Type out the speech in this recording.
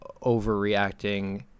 overreacting